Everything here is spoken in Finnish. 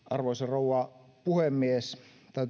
arvoisa rouva puhemies täytyy